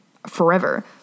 Forever